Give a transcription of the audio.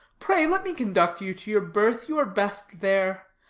pray, let me conduct you to your berth. you are best there.